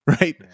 right